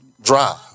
drive